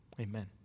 Amen